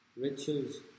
riches